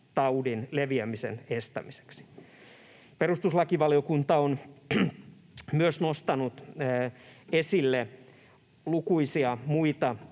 leviämisen estämiseksi.” Perustuslakivaliokunta on myös nostanut esille lukuisia muita